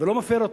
ולא מפר אותו.